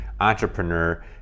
entrepreneur